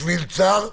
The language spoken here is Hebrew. שביל צר.